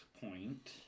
point